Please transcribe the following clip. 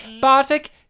Bartek